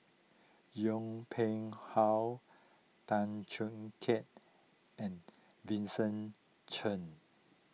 Yong Pung How Tan Choo Kai and Vincent Cheng